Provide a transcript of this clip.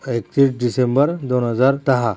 एकतीस डिसेंबर दोन हजार दहा